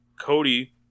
Cody